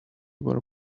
were